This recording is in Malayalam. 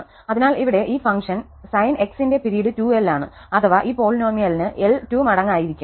അതിനാൽ ഇവിടെ ഈ ഫംഗ്ഷൻ Sn ന്റെ പിരീഡ് 2l ആണ് അഥവാ ഈ പോളിനോമിയലിന് l 2 മടങ്ങ് ആയിരിക്കും